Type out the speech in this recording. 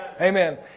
Amen